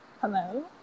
Hello